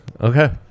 okay